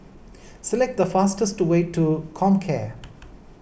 select the fastest way to Comcare